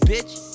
Bitch